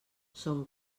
son